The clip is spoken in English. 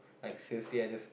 like seriously I just